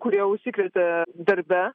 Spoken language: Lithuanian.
kurie užsikrėtė darbe